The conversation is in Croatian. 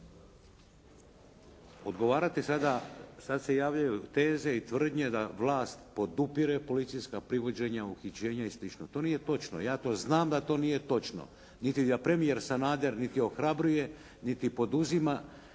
Odgovarati sada, sada se javljaju teze i tvrdnje da vlast podupire policijska privođenja, uhićenja i sl. To nije točno. Ja to znam da to nije točno niti da premijer Sanader niti ohrabruje niti poduzima